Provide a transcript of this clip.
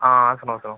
हां सनाओ सनाओ